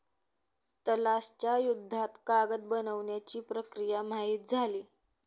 तलाश च्या युद्धात कागद बनवण्याची प्रक्रिया माहित झाली